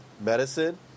medicine